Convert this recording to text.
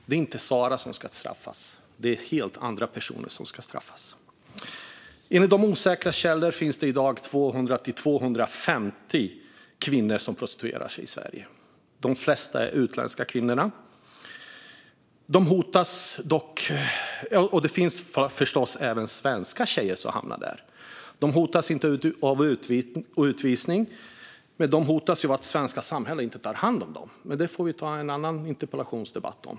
Det är inte Sara som ska straffas utan helt andra personer. Enligt osäkra källor finns det i dag 200-250 kvinnor som prostituerar sig i Sverige. De flesta är utländska kvinnor. Det finns förstås även svenska tjejer som hamnar där. De hotas inte av utvisning, men de hotas av att det svenska samhället inte tar hand om dem. Det får vi ta en annan interpellationsdebatt om.